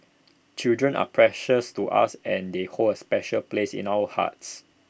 children are precious to us and they hold A special place in our hearts